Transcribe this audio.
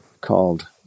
called